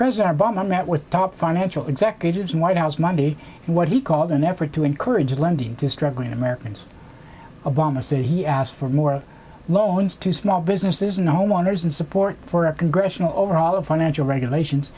president obama met with top financial executives in white house monday and what he called an effort to encourage lending to struggling americans obama said he asked for more loans to small businesses and homeowners and support for a congressional overall of financial regulations